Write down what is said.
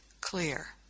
clear